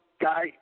guy